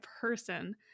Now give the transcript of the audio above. person